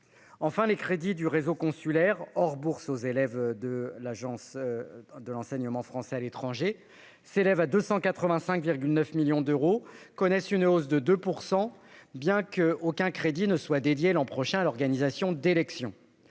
Enfin, les crédits du réseau consulaire, hors bourses aux élèves de l'AEFE, s'élèvent à 285,9 millions d'euros et connaissent une hausse de 2 %, bien qu'aucun crédit ne soit dédié l'an prochain à l'organisation d'élections.